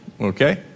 Okay